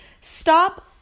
Stop